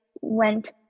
went